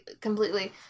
completely